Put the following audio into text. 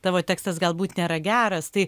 tavo tekstas galbūt nėra geras tai